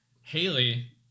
Haley